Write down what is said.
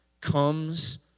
comes